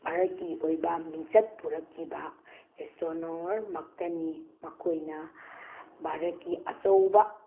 ꯚꯥꯔꯠꯀꯤ ꯑꯣꯏꯕ ꯃꯤꯡꯆꯠ ꯄꯨꯔꯛꯈꯤꯕ ꯑꯦꯁꯇ꯭ꯔꯣꯅꯣꯃ꯭ꯔ ꯃꯛꯇꯅꯤ ꯃꯈꯣꯏꯅ ꯚꯥꯔꯠꯀꯤ ꯑꯆꯧꯕ